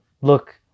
look